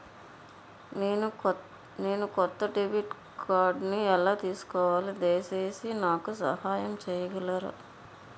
నేను కొత్త డెబిట్ కార్డ్ని ఎలా తీసుకోవాలి, దయచేసి నాకు సహాయం చేయగలరా?